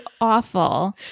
awful